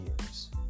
years